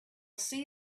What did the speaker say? see